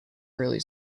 early